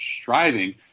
striving